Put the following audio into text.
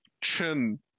chin